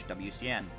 WCN